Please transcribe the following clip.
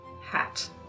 hat